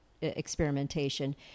experimentation